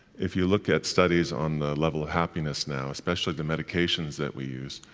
if you look at studies on the level of happiness now, especially the medications that we use,